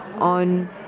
on